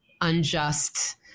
unjust